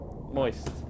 Moist